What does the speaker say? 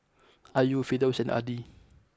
Ayu Firdaus and Adi